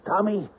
Tommy